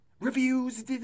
Reviews